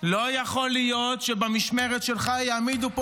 לא יכול להיות שבמשמרת שלך יעמידו פה